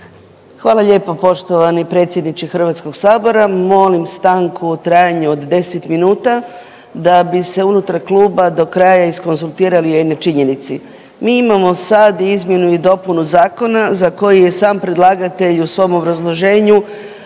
Hvala lijepo poštovani predsjedniče HS. Molim stanku u trajanju od 10 minuta da bi se unutar kluba do kraja izkonzultirali o jednoj činjenici. Mi imamo sad izmjenu i dopunu zakona za koji je sam predlagatelj u svom obrazloženju